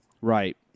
Right